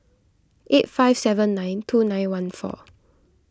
eight five seven nine two nine one four